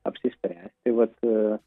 apsispręsti vat